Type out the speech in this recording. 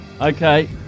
Okay